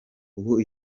ubu